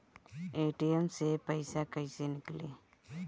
ATM से पइसा कइसे निकली?